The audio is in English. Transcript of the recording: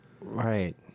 Right